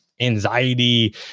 anxiety